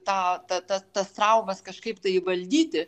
tą ta ta tas traumas kažkaip tai įvaldyti